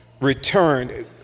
returned